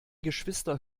geschwister